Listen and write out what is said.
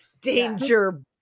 Danger